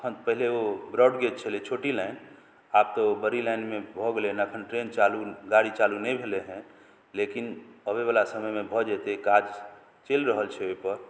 अखन पहिले ओ ब्रॉड गेज छलै छोटी लाइन आब तऽ ओ बड़ी लाइनमे भऽ गेलै हन अखन ट्रेन चालू गाड़ी चालू नहि भेलै हँ लेकिन अबै बला समयमे भऽ जेतै काज चलि रहल छै ओहि पर